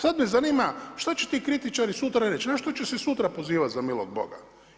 Sada me zanima što će ti kritičari sutra reći, na što će se sutra pozivati za milog Boga.